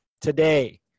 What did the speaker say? today